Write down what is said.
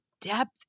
depth